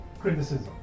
criticism